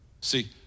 See